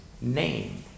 name